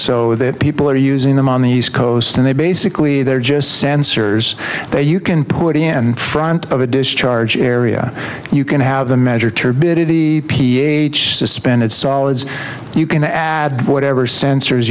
so that people are using them on the east coast and they basically a there are just sensors they you can put in front of a discharge area you can have the measure tear biddy ph suspended solids you can add whatever sensors